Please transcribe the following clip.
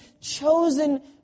chosen